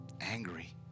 angry